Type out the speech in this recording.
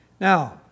Now